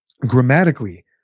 grammatically